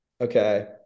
okay